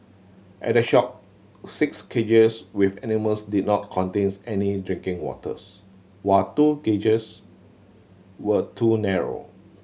at the shop six cages with animals did not contains any drinking waters while two cages were too narrow